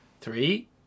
three